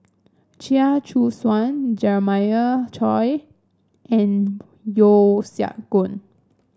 Chia Choo Suan Jeremiah Choy and Yeo Siak Goon